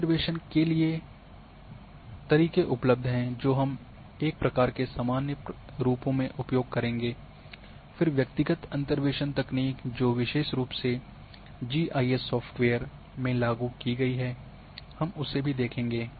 अंतर्वेसन के लिए तरीके उपलब्ध हैं जो हम एक प्रकार के सामान्य रूपों में उपयोग करेंगे फिर व्यक्तिगत अंतर्वेसन तकनीक जो विशेष रूप से जीआईएस सॉफ्टवेयर में लागू की गई है हम उसे भी देखेंगे